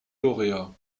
lauréat